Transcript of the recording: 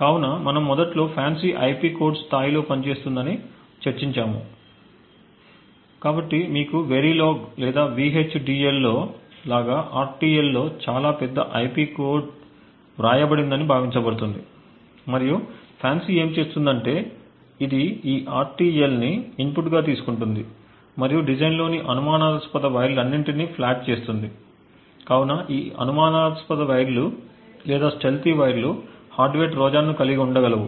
కాబట్టి మనము మొదట్లో FANCI IP కోడ్ స్థాయిలో పనిచేస్తుందని చర్చించాము కాబట్టి మీకు వెరిలోగ్ లేదా VHDL లో లాగా RTL లో చాలా పెద్ద IP కోడ్ వ్రాయబడిందని భావించబడుతుంది మరియు FANCI ఏమి చేస్తుందంటే ఇది ఈ RTL ని ఇన్పుట్గా తీసుకుంటుంది మరియు డిజైన్లోని అనుమానాస్పద వైర్లన్నింటినీ ఫ్లాగ్ చేస్తుంది కాబట్టి ఈ అనుమానాస్పద వైర్లు లేదా స్టీల్తీ వైర్లు హార్డ్వేర్ ట్రోజన్ను కలిగి ఉండగలవు